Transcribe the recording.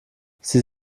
sie